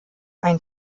ein